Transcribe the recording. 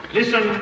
Listen